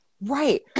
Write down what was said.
right